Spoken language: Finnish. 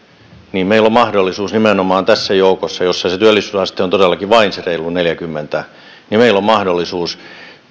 niin nimenomaan tässä joukossa jossa se työllisyysaste on todellakin vain se reilut neljäkymmentä meillä on mahdollisuus